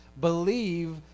believe